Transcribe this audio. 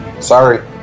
Sorry